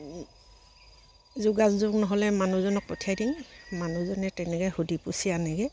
যোগাযোগ নহ'লে মানুহজনক পঠিয়াই দিম মানুহজনে তেনেকে সুধি পুচি আনেগে